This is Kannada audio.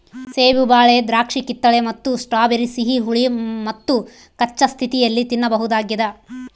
ಸೇಬು ಬಾಳೆ ದ್ರಾಕ್ಷಿಕಿತ್ತಳೆ ಮತ್ತು ಸ್ಟ್ರಾಬೆರಿ ಸಿಹಿ ಹುಳಿ ಮತ್ತುಕಚ್ಚಾ ಸ್ಥಿತಿಯಲ್ಲಿ ತಿನ್ನಬಹುದಾಗ್ಯದ